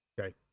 Okay